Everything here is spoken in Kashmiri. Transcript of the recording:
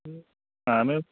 اَہَن حظ